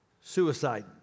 suicide